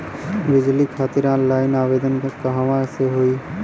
बिजली खातिर ऑनलाइन आवेदन कहवा से होयी?